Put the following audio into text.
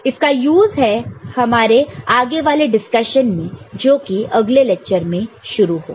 इसका यूज है हमारे आगे वाले डिस्कशन में जोकि अगले लेक्चर में शुरू होगा